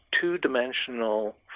two-dimensional